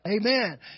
Amen